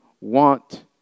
want